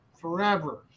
Forever